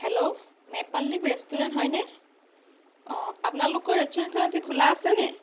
hello maple leaf restaurant হয়নে অঁ আপোনালোকৰ ৰেষ্টুৰেণ্টখন আজি খোলা আছে নেকি